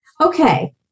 Okay